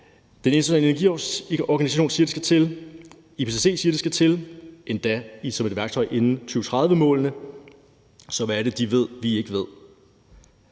Det Internationale Energiagentur siger, at det skal til, og IPCC siger, at det skal til – endda som et værktøj inden 2030-målene – så hvad er det, de ved, vi ikke ved?